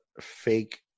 fake